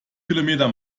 kilometer